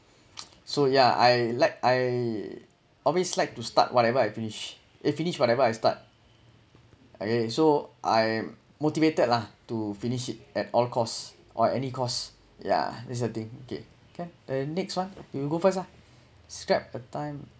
so yeah I like I always like to start whatever I finish eh finish whatever I start okay so I'm motivated lah to finish it at all cost or any cost yeah that's the thing okay uh the next one you go first lah state the time